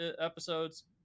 episodes